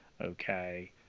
okay